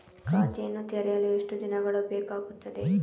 ಖಾತೆಯನ್ನು ತೆರೆಯಲು ಎಷ್ಟು ದಿನಗಳು ಬೇಕಾಗುತ್ತದೆ?